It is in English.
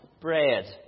bread